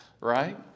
Right